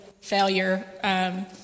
failure